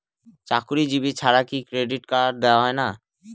চাকুরীজীবি ছাড়া কি ক্রেডিট কার্ড দেওয়া হয় না?